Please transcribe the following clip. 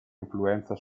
influenza